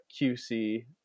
QC